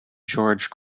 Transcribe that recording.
george